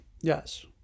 Yes